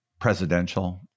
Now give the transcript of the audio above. presidential